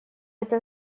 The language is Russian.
это